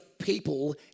people